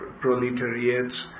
proletariats